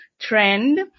trend